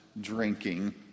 drinking